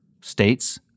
states